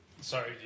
sorry